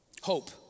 Hope